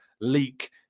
leak